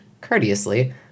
courteously